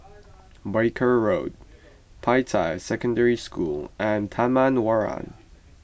Barker Road Peicai Secondary School and Taman Warna